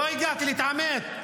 לא הגעתי להתעמת.